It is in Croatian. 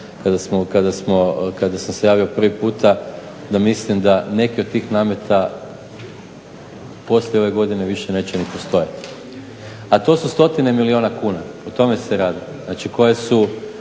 kada sam se javio prvi puta da mislim da neki od tih nameta poslije ove godine više neće ni postojati, a to su stotine milijuna kuna, o tome se radi, znači koje su…